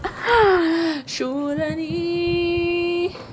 输了你